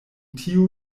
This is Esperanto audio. tiu